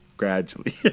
Gradually